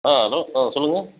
ஆ hello ஆ சொல்லுங்கள்